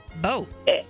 boat